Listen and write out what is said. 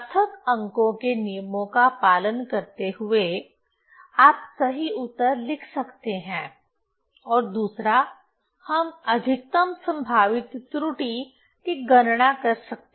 सार्थक अंकों के नियमों का पालन करते हुए आप सही उत्तर लिख सकते हैं और दूसरा हम अधिकतम संभावित त्रुटि की गणना कर सकते हैं